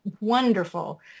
wonderful